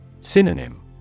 Synonym